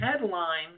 headline